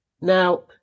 Now